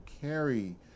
carry